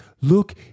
look